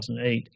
2008